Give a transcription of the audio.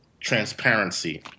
transparency